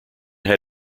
had